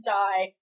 die